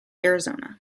arizona